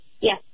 Yes